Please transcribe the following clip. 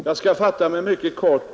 Fru talman! Jag skall fatta mig mycket kort.